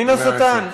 מן השטן.